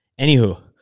Anywho